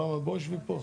למה את, בואי שבי פה.